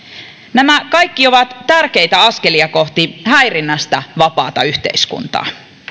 nämä kaikki ovat tärkeitä askelia kohti häirinnästä vapaata yhteiskuntaa